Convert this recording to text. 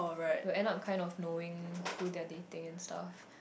will end up kind of knowing who they are dating and stuff